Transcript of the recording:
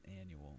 annual